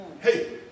Hey